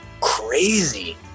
crazy